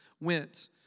went